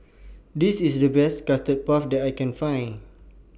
This IS The Best Custard Puff that I Can Find